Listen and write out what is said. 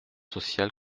sociale